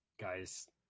Guys